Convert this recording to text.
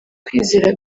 kwizera